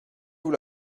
vous